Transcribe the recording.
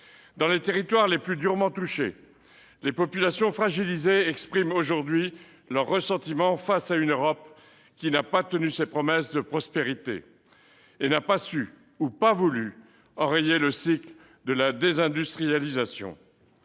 Dans les territoires les plus durement touchés, les populations fragilisées expriment aujourd'hui leur ressentiment face à une Europe qui n'a pas tenu sa promesse de prospérité et n'a pas su, ou pas voulu, enrayer le cycle de la désindustrialisation.